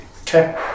Okay